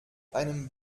einem